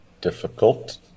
Difficult